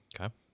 Okay